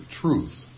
truth